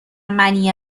منی